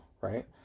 right